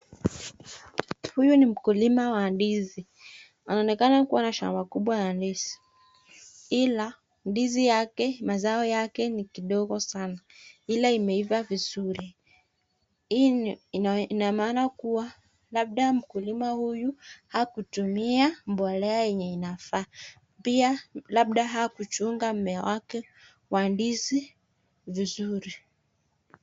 Huyu ni mkulima wa ndizi. Anaonekana kuwa na shamba kubwa ya ndizi. Ila ndizi yake mazao yake ni kidogo sana. Ila imeiva vizuri. Hii ina maana kuwa labda mkulima huyu hakutumia mbolea yenye inafaa. Pia labda hakuchunga mmea wake wa ndizi vizuri.